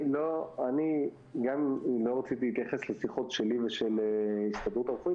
אם לא רציתי להתייחס לשיחות שלי ושל ההסתדרות הרפואית,